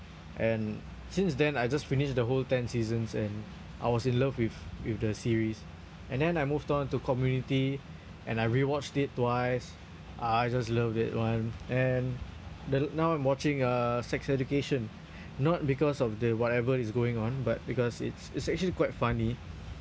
and since then I just finished the whole ten seasons and I was in love with with the series and then I moved on to community and I rewatched it twice I just loved that one and the now I'm watching uh sex education not because of the whatever is going on but because it's it's actually quite funny